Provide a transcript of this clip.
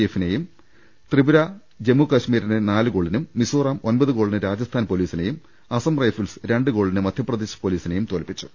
എഫിനേയും ത്രിപുര ജമ്മു കശ്മീരിനെ നാലു ഗോളിനും മിസോറം ഒമ്പത് ഗോളിന് രാജസ്ഥാൻ പൊലീസിനെയും അസം റൈഫിൾസ് രണ്ട് ഗോളിന് മധ്യപ്രദേശ് പൊലീസിനേയും തോൽപ്പിച്ചു